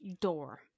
door